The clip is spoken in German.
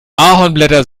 ahornblätter